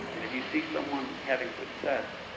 and if you see someone having success,